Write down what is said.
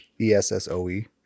E-S-S-O-E